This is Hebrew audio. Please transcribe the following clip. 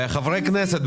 חברי הכנסת,